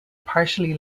partially